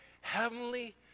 heavenly